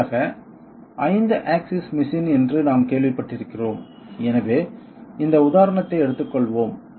இறுதியாக 5 axis machine என்று நாம் கேள்விப்பட்டிருக்கிறோம் எனவே இந்த உதாரணத்தை எடுத்துக் கொள்வோம்